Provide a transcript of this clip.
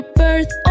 birth